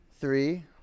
three